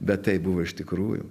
bet taip buvo iš tikrųjų